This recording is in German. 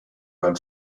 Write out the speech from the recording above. beim